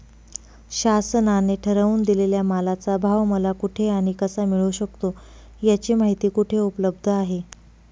शासनाने ठरवून दिलेल्या मालाचा भाव मला कुठे आणि कसा मिळू शकतो? याची माहिती कुठे उपलब्ध आहे?